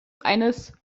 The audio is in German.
eines